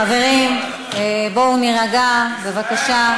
חברים, בואו נירגע בבקשה,